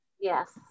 Yes